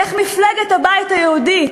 איך מפלגת הבית היהודי,